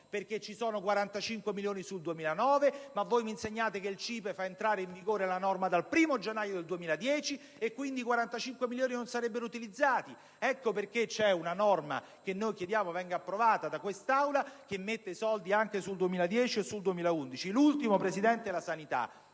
soldi. Ci sono 45 milioni sul 2009, ma voi mi insegnate che il CIPE fa entrare in vigore la norma dal 1° gennaio 2010 e quindi i 45 milioni non sarebbero utilizzati; ecco perché c'è una norma, che chiediamo venga approvata dall'Aula, che mette i soldi anche sul 2010 e sul 2011. L'ultimo punto concerne la sanità.